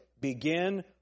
Begin